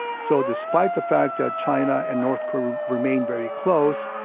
so despite the fact that china and north korea remain very close,